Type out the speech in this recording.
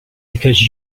because